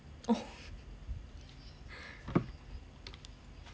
oh